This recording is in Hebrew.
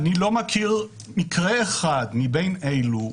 אני לא מכיר מקרה אחד מבין אלו,